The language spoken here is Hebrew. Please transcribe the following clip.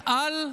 ערך-על.